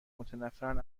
متنفرن